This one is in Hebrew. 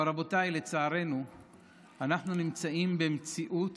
אבל רבותיי, לצערנו אנחנו נמצאים במציאות